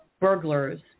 burglars